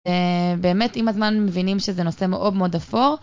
באמת, עם הזמן מבינים שזה נושא מאוד מאוד אפור.